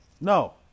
no